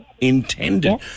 intended